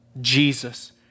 Jesus